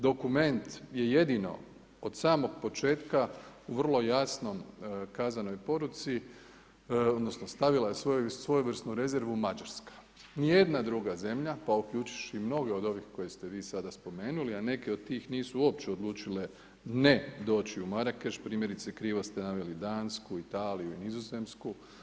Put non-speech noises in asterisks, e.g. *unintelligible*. Dokument je jedino od samog početka u vrlo jasno kazanoj poruci odnosno stavila je svojevrsnu rezervu Mađarska, ni jedna druga zemlja pa uključivši i mnoge od ovih koje ste vi sada spomenuli, a neke od tih nisu uopće odlučile ne doći u Marrakech, primjerice … *unintelligible* ili Dansku, Italiju ili Nizozemsku.